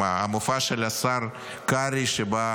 המופע של השר קרעי, שבא